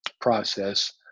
process